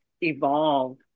evolve